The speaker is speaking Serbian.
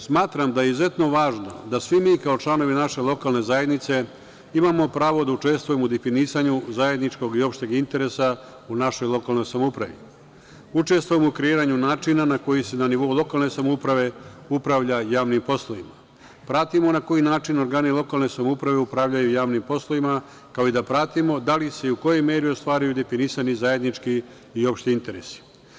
Smatram da je izuzetno važno da svi mi kao članovi naše lokalne zajednice imamo pravo da učestvujemo u definisanju zajedničkog opšteg interesa u našoj lokalnoj samoupravi, učestvujemo u kreiranju načina koji se na nivou lokalne samouprave upravlja javnim poslovima, pratimo na koji način organi lokalne samouprave upravljaju sa javnim poslovima, kao i da pratimo da li se i u kojoj meri ostvaruju definisani zajednički i opšti interesi.